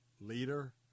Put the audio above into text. leader